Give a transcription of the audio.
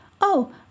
Oh